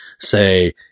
say